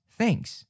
Thanks